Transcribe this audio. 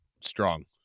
Strong